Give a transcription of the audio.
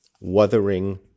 Wuthering